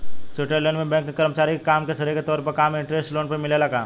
Switzerland में bank के कर्मचारी के काम के श्रेय के तौर पर कम इंटरेस्ट पर लोन मिलेला का?